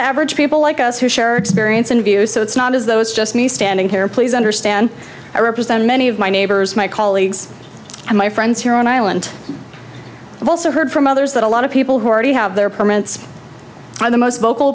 of average people like us who share our experience and views so it's not as though it's just me standing here please understand i represent many of my neighbors my colleagues and my friends here on island i've also heard from others that a lot of people who already have their permits are the most vocal